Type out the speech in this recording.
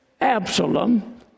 Absalom